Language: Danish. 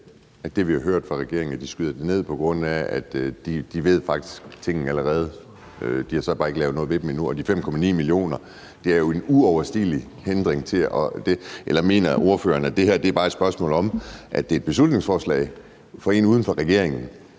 som vi har hørt fra regeringen, at de skyder det ned, på grund af at de faktisk allerede ved tingene? De har så bare ikke gjort noget ved dem endnu, og de 5,9 mio. kr. er jo en uoverstigelig hindring for det. Eller mener ordføreren, at det her bare er et spørgsmål om, at det er et beslutningsforslag fra en uden for regeringen?